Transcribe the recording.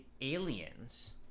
Aliens